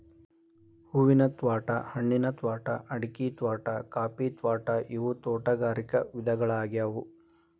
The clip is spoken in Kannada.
ಹೂವಿನ ತ್ವಾಟಾ, ಹಣ್ಣಿನ ತ್ವಾಟಾ, ಅಡಿಕಿ ತ್ವಾಟಾ, ಕಾಫಿ ತ್ವಾಟಾ ಇವು ತೋಟಗಾರಿಕ ವಿಧಗಳ್ಯಾಗ್ಯವು